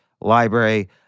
library